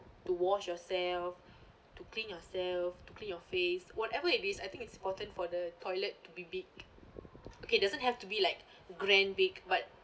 to wash yourself to clean yourself to clean your face whatever it is I think it's important for the toilet to be big okay doesn't have to be like grand big but